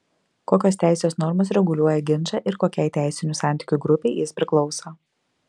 kokios teisės normos reguliuoja ginčą ir kokiai teisinių santykių grupei jis priklauso